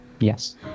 Yes